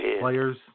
players